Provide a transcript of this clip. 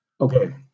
Okay